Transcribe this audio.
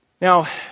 Now